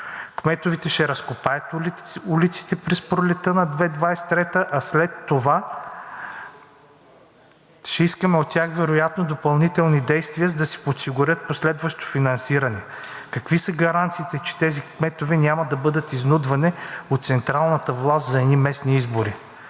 Кметовете ще разкопаят улиците през пролетта на 2023 г., а след това ще искаме от тях вероятно допълнителни действия, за да си подсигурят последващото финансиране. Какви са гаранциите, че тези кметове няма да бъдат изнудвани от централната власт за едни местни избори?